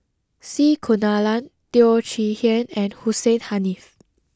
C Kunalan Teo Chee Hean and Hussein Haniff